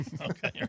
Okay